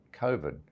COVID